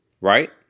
right